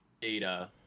data